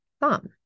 thumb